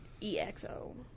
EXO